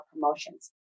promotions